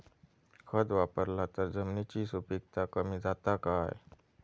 खत वापरला तर जमिनीची सुपीकता कमी जाता काय?